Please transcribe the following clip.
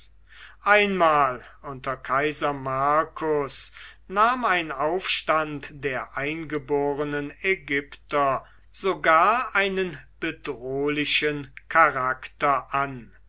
einmal unter kaiser marcus nahm ein aufstand der eingeborenen ägypter sogar einen bedrohlichen charakter an